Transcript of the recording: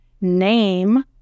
name